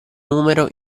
numero